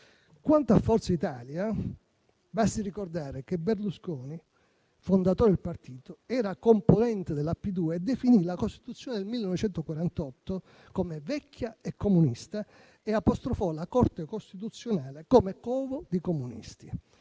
Quanto a Forza Italia, basti ricordare che Berlusconi, fondatore del partito, era componente della P2; egli definì la Costituzione del 1948 come "vecchia e comunista" e apostrofò la Corte costituzionale come "covo di comunisti".